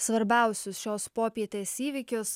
svarbiausius šios popietės įvykius